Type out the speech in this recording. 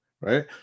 right